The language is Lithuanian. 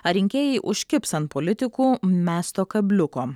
ar rinkėjai užkibs ant politikų mesto kabliuko